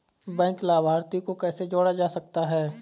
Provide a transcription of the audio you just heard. Bank लाभार्थी को कैसे जोड़ा जा सकता है?